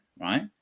right